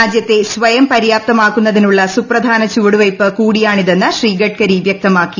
രാജ്യത്തെ സ്വയം പര്യാപ്തമാക്കുന്നതിനുള്ള സുപ്രധാന ചുവടുവെയ്പു കൂടിയാണിതെന്ന് ശ്രീ ഗഡ്കരി വ്യക്തമാക്കി